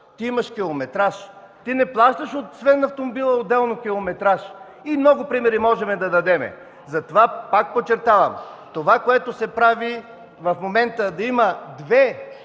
имаш километраж. Ти не плащаш освен автомобила отделно и километраж. Много примери трябва да дадем. Затова пак подчертавам, това, което се прави в момента – да има две